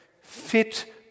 fit